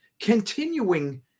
continuing